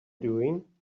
doing